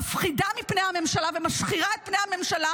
מפחידה מפני הממשלה ומשחירה את פני הממשלה,